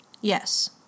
Yes